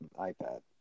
iPad